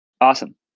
Awesome